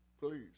please